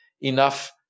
enough